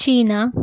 China